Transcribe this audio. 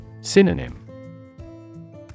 Synonym